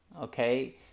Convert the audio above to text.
Okay